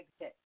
exit